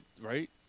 right